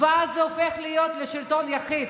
ואז זה הופך להיות שלטון יחיד,